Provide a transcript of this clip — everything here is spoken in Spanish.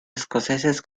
escoceses